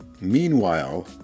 Meanwhile